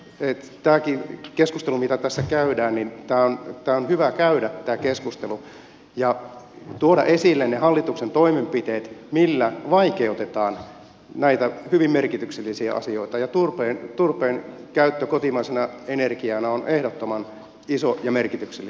tämäkin keskustelu mitä tässä käydään on hyvä käydä ja tuoda esille ne hallituksen toimenpiteet millä vaikeutetaan näitä hyvin merkityksellisiä asioita ja turpeen käyttö kotimaisena energiana on ehdottoman iso ja merkityksellinen asia